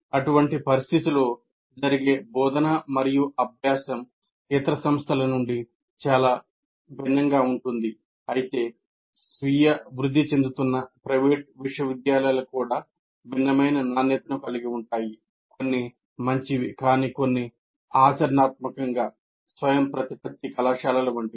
అటువంటి పరిస్థితిలో జరిగే బోధన మరియు అభ్యాసం ఇతర సంస్థల నుండి చాలా భిన్నంగా ఉంటాయి అయితే స్వీయ వృద్ధి చెందుతున్న ప్రైవేట్ విశ్వవిద్యాలయాలు కూడా భిన్నమైన నాణ్యతను కలిగి ఉంటాయి కొన్ని మంచివి కానీ కొన్ని ఆచరణాత్మకంగా స్వయంప్రతిపత్త కళాశాలల వంటివి